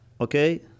Okay